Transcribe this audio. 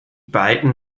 beiden